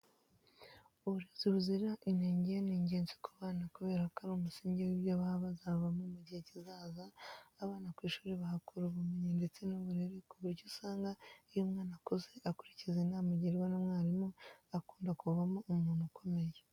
Uburezi buzira inenge ni ingenzi ku bana kubera ko ari umusingi w'ibyo baba bazavamo mu gihe kizaza. Abana ku ishuri bahakura umumenyi ndetse n'uburere ku buryo usanga iyo umwana akuze akurikiza inama agirwa na mwarimu akunda kuvamo umuntu ukomeye.